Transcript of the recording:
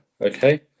okay